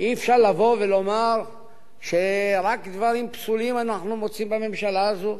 אי-אפשר לומר שרק דברים פסולים אנחנו מוצאים בממשלה הזאת.